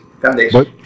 Foundation